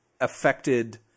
affected